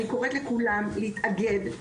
אני קוראת לכולם להתאגד,